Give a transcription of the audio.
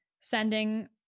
Sending